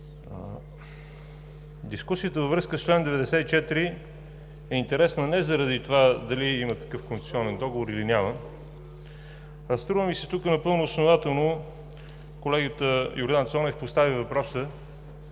Дискусията във връзка с чл. 94 е интересна не заради това дали има такъв концесионен договор, или няма. Струва ми се тук напълно основателно колегата Йордан Цонев постави въпроса